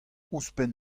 ouzhpenn